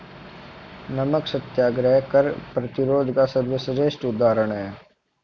नमक सत्याग्रह कर प्रतिरोध का सर्वश्रेष्ठ उदाहरण है